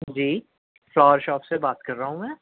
جی shower shop سے بات کر رہا ہوں میں